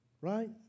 Right